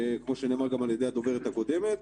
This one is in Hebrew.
כמו שנאמר גם על ידי הדוברת הקודמת.